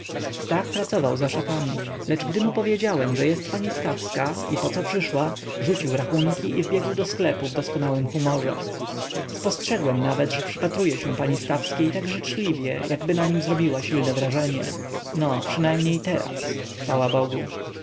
stach pracował za szafami lecz gdy mu powiedziałem że jest pani stawska i poco przyszła rzucił rachunki i wbiegł do sklepu w doskonałym humorze spostrzegłem nawet że przypatruje się pani stawskiej tak życzliwie jakby na nim zrobiła silne wrażenie no przynajmniej teraz chwała bogu